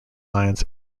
lions